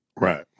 Right